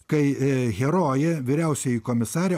kai herojė vyriausioji komisarė